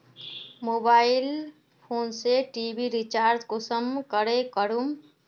Mobile phone से TV recharge कुंसम करे करूम?